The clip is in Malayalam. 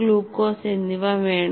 ഗ്ലൂക്കോസ് എന്നിവ വേണം